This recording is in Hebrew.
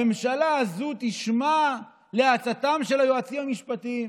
הממשלה הזו תשמע לעצתם של היועצים המשפטיים.